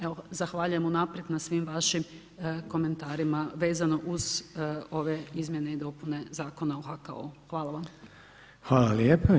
Evo zahvaljujem unaprijed na svim vašim komentarima vezano uz ove izmjene i dopune Zakona o HKO-u.